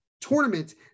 tournament